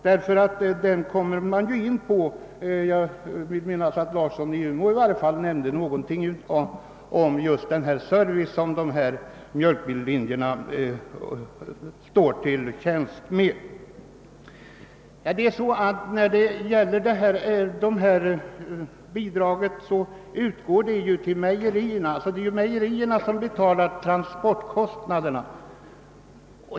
Där kommer man just in på den service som mjölkbillinjerna tillhandahåller och som jag vill minnas att herr Larsson i Umeå omnämnde. Bidraget utgår till mejerierna, och det är mejerierna som betalar transportkostnaderna.